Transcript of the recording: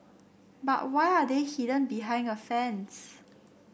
but why are they hidden behind a fence